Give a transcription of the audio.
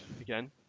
again